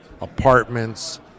apartments